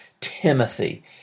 Timothy